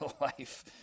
life